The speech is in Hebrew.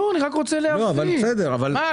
אני רק רוצה להבין את ההצדקה.